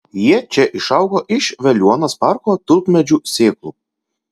jie čia išaugo iš veliuonos parko tulpmedžių sėklų